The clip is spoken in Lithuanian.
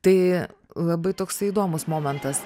tai labai toksai įdomus momentas